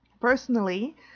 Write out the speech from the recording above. personally